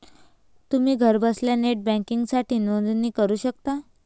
तुम्ही घरबसल्या नेट बँकिंगसाठी नोंदणी करू शकता